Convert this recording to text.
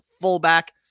fullback